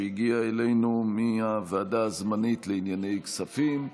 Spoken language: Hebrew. שהגיעה אלינו מהוועדה הזמנית לענייני כספים.